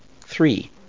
Three